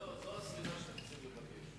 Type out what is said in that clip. זו הסליחה שאתם צריכים לבקש.